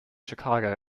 chicago